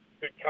good